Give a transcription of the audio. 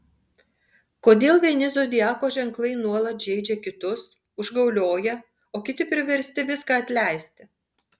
kodėl vieni zodiako ženklai nuolat žeidžia kitus užgaulioja o kiti priversti viską atleisti